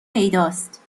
پیداست